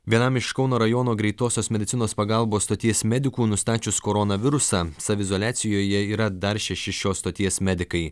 vienam iš kauno rajono greitosios medicinos pagalbos stoties medikų nustačius koronavirusą saviizoliacijoje yra dar šeši šios stoties medikai